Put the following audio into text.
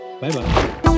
Bye-bye